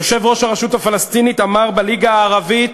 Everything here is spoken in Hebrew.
יושב-ראש הרשות הפלסטינית אמר בליגה הערבית